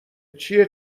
چیه